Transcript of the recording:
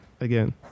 Again